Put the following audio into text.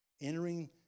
Entering